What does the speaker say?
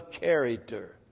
character